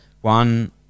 one